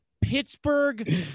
Pittsburgh